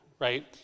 right